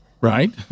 Right